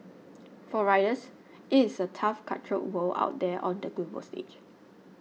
for writers it is a tough cutthroat world out there on the global stage